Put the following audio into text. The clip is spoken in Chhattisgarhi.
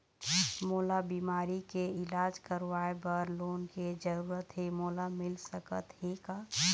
मोला बीमारी के इलाज करवाए बर लोन के जरूरत हे मोला मिल सकत हे का?